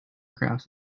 graphs